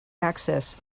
access